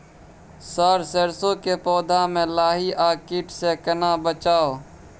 Sir सरसो के पौधा में लाही आ कीट स केना बचाऊ?